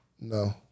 No